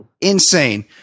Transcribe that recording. Insane